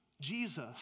Jesus